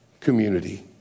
community